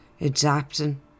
adapting